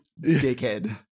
dickhead